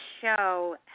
show